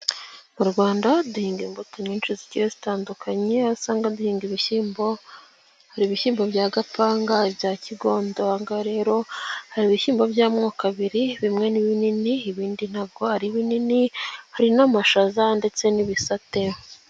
Mu Rwanda duhinga imbuto nyinshi zigiye zitandukanye aho usanga duhinga ibishyimbo hari ibishyimbo bya gapanga bya kigondo, aha ngaha rero hari ibishyimbo by'amoko abiri bimwe n'ibini ibindi ntago ari binini hari n'amashaza ndetse n'ibisate.